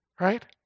right